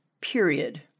period